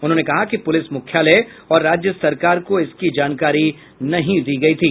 उन्होंने कहा कि पुलिस मुख्यालय और राज्य सरकार को इसकी जानकारी नहीं दी गयी थी